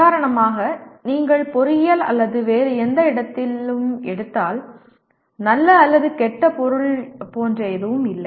உதாரணமாக நீங்கள் பொறியியல் அல்லது வேறு எந்த இடத்திலும் எடுத்தால் நல்ல அல்லது கெட்ட பொருள் போன்ற எதுவும் இல்லை